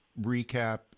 recap